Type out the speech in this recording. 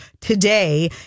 today